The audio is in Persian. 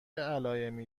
علائمی